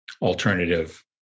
alternative